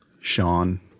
Sean